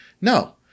No